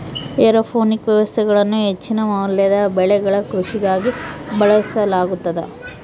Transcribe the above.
aeroponic ವ್ಯವಸ್ಥೆಗಳನ್ನು ಹೆಚ್ಚಿನ ಮೌಲ್ಯದ ಬೆಳೆಗಳ ಕೃಷಿಗಾಗಿ ಬಳಸಲಾಗುತದ